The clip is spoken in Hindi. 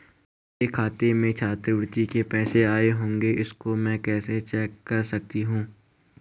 मेरे खाते में छात्रवृत्ति के पैसे आए होंगे इसको मैं कैसे चेक कर सकती हूँ?